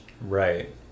Right